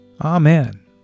Amen